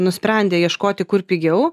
nusprendė ieškoti kur pigiau